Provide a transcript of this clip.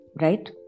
right